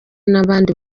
n’abandi